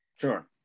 sure